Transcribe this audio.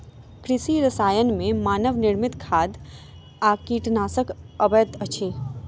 कृषि रसायन मे मानव निर्मित खाद आ कीटनाशक अबैत अछि